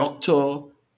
doctor